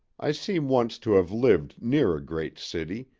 i seem once to have lived near a great city,